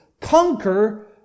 conquer